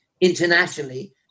internationally